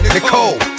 Nicole